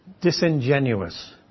Disingenuous